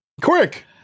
quick